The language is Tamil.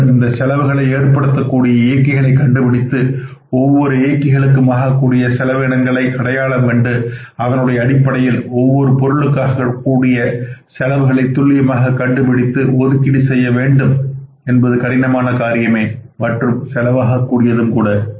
மேலும் இந்த செலவுகளை ஏற்படுத்தக்கூடிய இயக்கி களைக் கண்டுபிடித்து ஒவ்வொரு இயக்கி களுக்கும் ஆகக்கூடிய செலவினங்களை அடையாளம் கண்டு அதனுடைய அடிப்படையில் ஒவ்வொரு பொருள்களுக்காகக்கூடிய செலவுகளை துல்லியமாக கண்டுபிடித்து ஒதுக்கீடு செய்ய வேண்டும் என்பது கடினமான காரியமே மற்றும் செலவாக கூடியதும் கூட